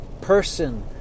person